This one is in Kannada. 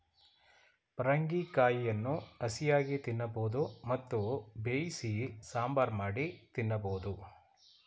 ಪರಂಗಿ ಕಾಯಿಯನ್ನು ಹಸಿಯಾಗಿ ತಿನ್ನಬೋದು ಮತ್ತು ಬೇಯಿಸಿ ಸಾಂಬಾರ್ ಮಾಡಿ ತಿನ್ನಬೋದು